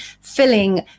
filling